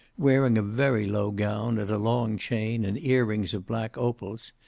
wearing a very low gown and a long chain and ear-rings of black opals,